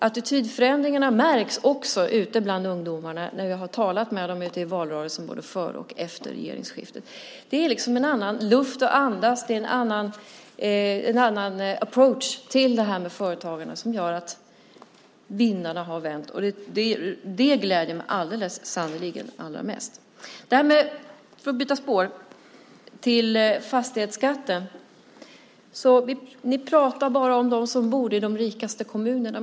Attitydförändringarna märks också ute bland ungdomarna när jag har talat med dem ute i valrörelsen både före och efter regeringsskiftet. Det är liksom en annan luft att andas! Det är en annan approach till företagande som gör att vindarna har vänt. Det gläder mig sannerligen allra mest! Låt mig byta spår och gå över till fastighetsskatten. Ni pratar bara om dem som bor i de rikaste kommunerna.